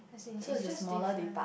as in is just different